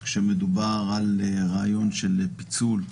כשמדובר על רעיון של פיצול.